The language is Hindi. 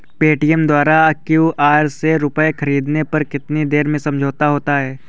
पेटीएम द्वारा क्यू.आर से रूपए ख़रीदने पर कितनी देर में समझौता होता है?